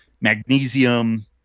magnesium